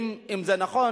אם זה נכון,